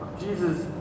Jesus